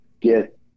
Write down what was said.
get